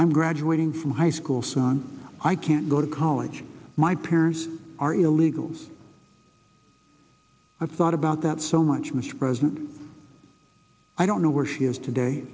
i'm graduating from high school son i can't go to college my parents are illegals i thought about that so much mr president i don't know where she is today